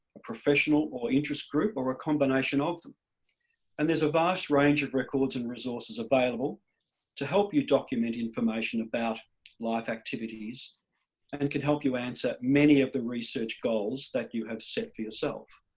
a professional or interest group, or a combination of them and there's a vast range of records and resources available to help you document information about life activities and can help you answer many of the research goals that you have set for yourself.